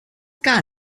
gar